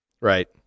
Right